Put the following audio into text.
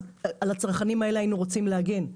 אז על הצרכנים האלה היינו רוצים להגן.